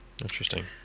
Interesting